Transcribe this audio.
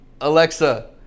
alexa